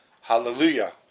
Hallelujah